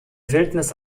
wildnis